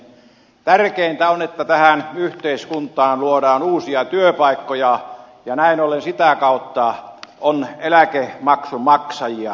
tärkeintä on että tähän yhteiskuntaan luodaan uusia työpaikkoja ja näin ollen sitä kautta on eläkemaksun maksajia